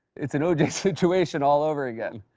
it's an o j. situation all over again.